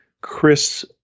Chris